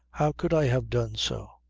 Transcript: how could i have done so,